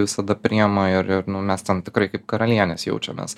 visada priima ir ir nu mes ten tikrai kaip karalienės jaučiamės